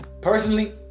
Personally